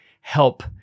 help